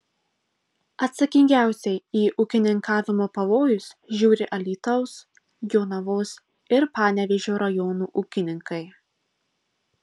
atsakingiausiai į ūkininkavimo pavojus žiūri alytaus jonavos ir panevėžio rajonų ūkininkai